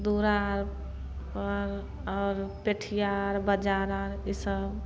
दूरा आर पर आओर पेठिया आर बजार आर इसब